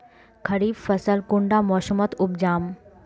खरीफ फसल कुंडा मोसमोत उपजाम?